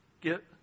get